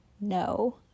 no